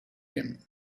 him